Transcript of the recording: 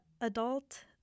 adult